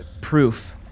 proof